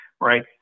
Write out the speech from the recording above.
right